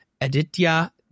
aditya